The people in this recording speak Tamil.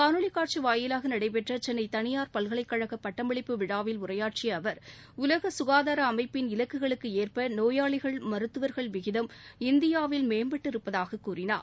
காணொலி காட்சி வாயிலாக நடைபெற்ற சென்னை தனியார் பல்கலைக்கழக பட்டமளிப்பு விழாவில் உரையாற்றிய அவர் உலக சுகாதார அமைப்பின் இலக்குகளுக்கு ஏற்ப நோயாளிகள் மருத்துவர்கள் விகிதம் இந்தியாவில் மேம்பட்டு இருப்பதாக கூறினார்